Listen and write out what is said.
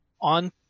on